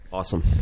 awesome